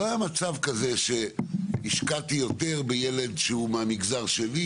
לא היה מצב כזה שהשקעתי יותר בילד שהוא מהמגזר שלי,